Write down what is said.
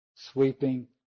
sweeping